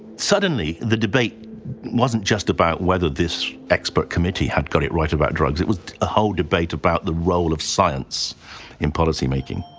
suddenly the debate wasn't just about whether this expert committee had got it right about drugs, it was a whole debate about the role of science in policy-making.